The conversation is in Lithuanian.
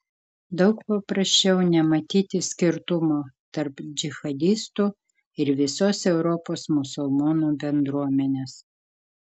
daug paprasčiau nematyti skirtumo tarp džihadistų ir visos europos musulmonų bendruomenės